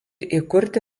įkurti